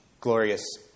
glorious